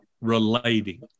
relating